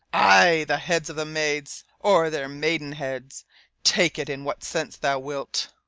ay, the heads of the maids, or their maidenheads take it in what sense thou wilt.